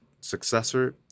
successor